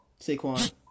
Saquon